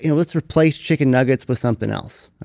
you know let's replace chicken nuggets with something else.